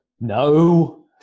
No